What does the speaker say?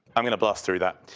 i'm going to blast through that.